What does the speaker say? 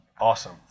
Awesome